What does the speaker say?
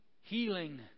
healing